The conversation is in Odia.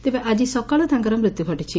ତେବେ ଆଜି ସକାଳୁ ତାଙ୍କର ମୃତ୍ୟୁ ଘଟିଛି